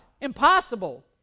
Impossible